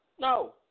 No